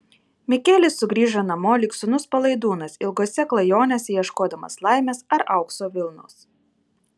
mikelis sugrįžo namo lyg sūnus palaidūnas ilgose klajonėse ieškodamas laimės ar aukso vilnos